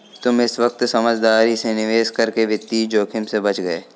तुम इस वक्त समझदारी से निवेश करके वित्तीय जोखिम से बच गए